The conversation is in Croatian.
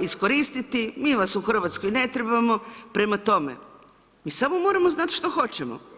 iskoristiti, mi vas u Hrvatskoj ne trebamo, prema tome, mi samo moramo znati što hoćemo.